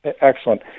Excellent